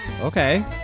okay